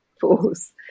force